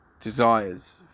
desires